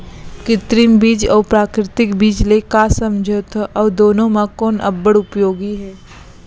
कृत्रिम बीज अऊ प्राकृतिक बीज ले का समझथो अऊ दुनो म कोन अब्बड़ उपयोगी हे?